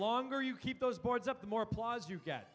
longer you keep those boards up the more paws you get